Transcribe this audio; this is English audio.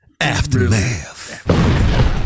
Aftermath